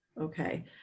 okay